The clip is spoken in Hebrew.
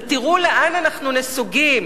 ותראו לאן אנחנו נסוגים.